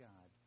God